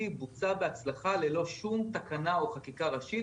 בוצע בהצלחה ללא שום תקנה או חקיקה ראשית,